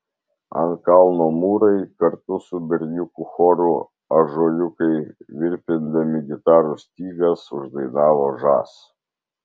ant kalno mūrai kartu su berniukų choru ąžuoliukai virpindami gitarų stygas uždainavo žas